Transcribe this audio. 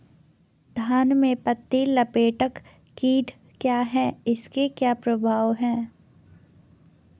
धान में पत्ती लपेटक कीट क्या है इसके क्या प्रभाव हैं?